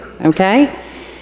okay